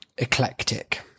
eclectic